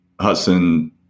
Hudson